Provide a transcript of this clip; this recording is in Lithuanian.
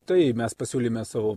tai mes pasiūlėme savo